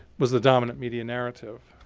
was the dominant media narrative.